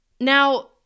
Now